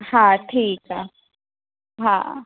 हा ठीकु आहे हा